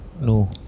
no